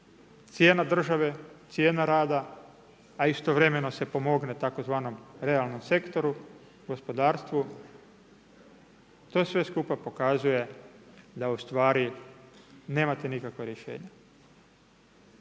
cijena države, cijena rada a istovremeno se pomogne tzv. realnom sektoru, gospodarstvu to sve skupa pokazuje da ustvari nemate nikakva rješenja.